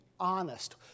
honest